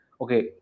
okay